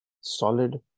solid